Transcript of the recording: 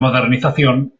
modernización